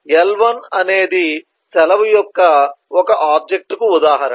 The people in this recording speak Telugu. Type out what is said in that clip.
L1 అనేది సెలవు యొక్క ఒక ఆబ్జెక్ట్ కు ఉదాహరణ